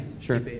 sure